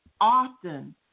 often